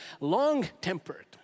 long-tempered